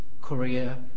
Korea